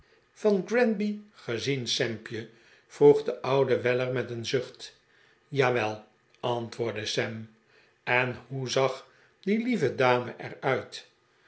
van granby gezien sampje vroeg de oude weller met een zucht jawel antwoordde sam en hoe zag die lieve dame er